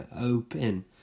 open